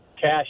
Cash